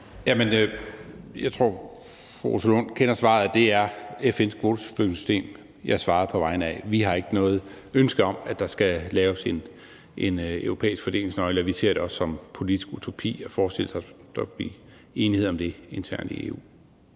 jeg tror, at fru Rosa Lund kender svaret. Det er FN's kvoteflygtningesystem, jeg svarede på. Vi har ikke noget ønske om, at der skal laves en europæisk fordelingsnøgle, og vi ser det også som politisk utopi at forestille sig, at der skulle blive enighed om det internt i EU.